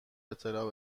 اطلاع